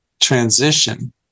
transition